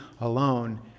alone